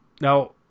Now